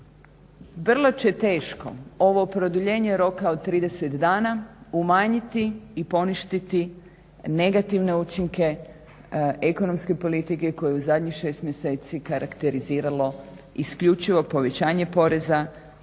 vrlo će teško ovo produljenje roka od 30 dana umanjiti i poništiti negativne učinke ekonomske politike koju u zadnjih 6 mjeseci karakteriziralo isključivo povećanje poreza,